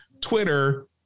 twitter